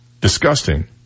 Disgusting